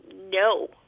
no